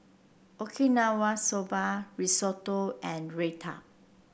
Okinawa Soba Risotto and Raita